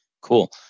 Cool